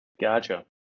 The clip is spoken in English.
Gotcha